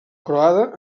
croada